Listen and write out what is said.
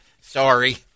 Sorry